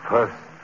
First